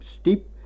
steep